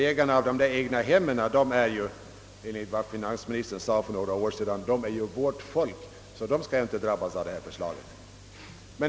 Ägarna av sådana är ju, som finansministern sade för några år sedan, »vårt folk», så de skall inte drabbas av detta förslag.